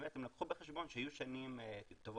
שבאמת הם לקחו בחשבון שיהיו שנים טובות